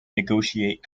negotiate